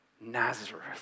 Nazareth